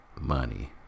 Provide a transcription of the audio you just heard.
money